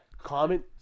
Comment